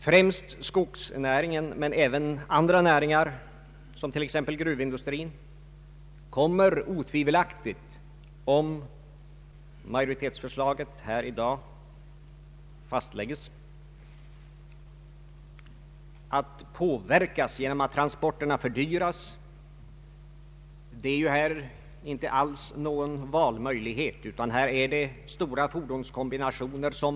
Främst skogsnäringen, men även andra näringar, t.ex. gruvindustrin, kommer otvivelaktigt — om majoritetsförslaget fastlägges i dag — att påverkas genom att transporterna fördyras. Här föreligger inte någon valmöjlighet, utan här måste man använda stora fordonskombinationer.